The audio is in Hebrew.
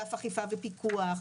אגף אכיפה ופיקוח,